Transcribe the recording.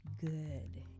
good